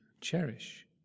cherish